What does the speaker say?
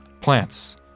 plants